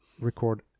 record